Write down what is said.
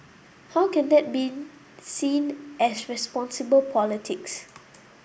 how can that be seen as responsible politics